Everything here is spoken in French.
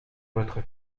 votre